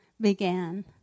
began